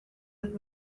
and